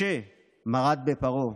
משה מרד בפרעה.